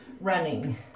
running